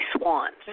swans